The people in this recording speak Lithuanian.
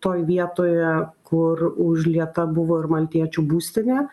toj vietoje kur užlieta buvo ir maltiečių būstinė